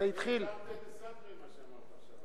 זה תרתי דסתרי מה שאמרת עכשיו.